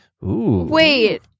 Wait